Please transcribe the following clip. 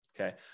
okay